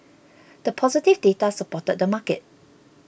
the positive data supported the market